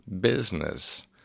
business